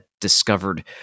discovered